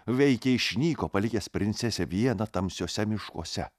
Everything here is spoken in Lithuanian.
veikiai išnyko palikęs princesę vieną tamsiuose miškuose